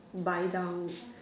buy down